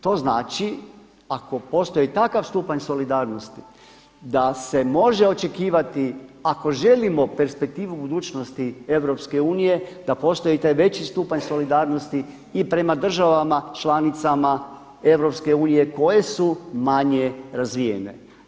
To znači ako postoji takav stupanj solidarnosti da se može očekivati ako želimo perspektivu u budućnosti EU da postoji i taj veći stupanj solidarnosti i prema državama članicama EU koje su manje razvijene.